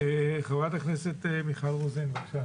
חברת הכנסת מיכל רוזין, בבקשה.